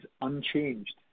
unchanged